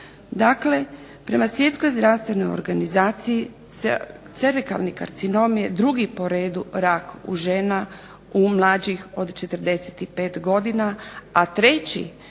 Dakle, prema Svjetskoj zdravstvenoj organizaciji cervikalni karcinom je drugi po redu rak u žena u mlađih od 45 godina, a treći